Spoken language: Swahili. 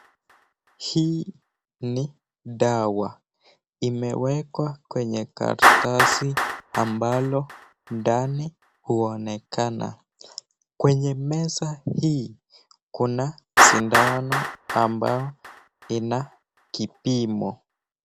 Hii ni dawa. Imewekwa kwenye karatasi ambalo ndani huonekana. Kwenye meza hii kuna sindano ambao ina kipimo.